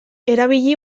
erabili